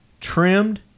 trimmed